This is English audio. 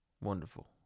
wonderful